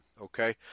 okay